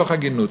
מתוך הגינות,